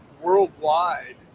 worldwide